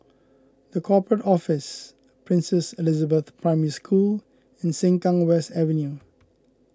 the Corporate Office Princess Elizabeth Primary School and Sengkang West Avenue